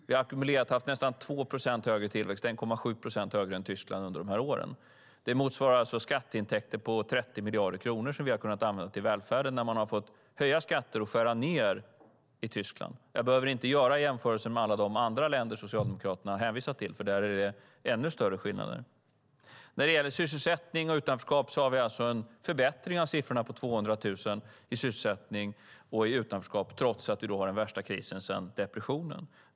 Vi har ackumulerat haft nästan 2 procent högre tillväxt - 1,7 procent högre - än Tyskland under de här åren. Det motsvarar skatteintäkter på 30 miljarder kronor som vi har kunnat använda till välfärden, när man har fått höja skatter och skära ned i Tyskland. Jag behöver inte göra jämförelser med alla de andra länder som Socialdemokraterna hänvisar till, för där är det ännu större skillnader. När det gäller sysselsättning och utanförskap har vi en förbättring av siffrorna på 200 000 trots att vi har den värsta krisen sedan depressionen.